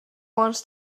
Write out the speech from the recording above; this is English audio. wants